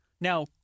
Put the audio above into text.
Now